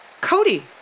Cody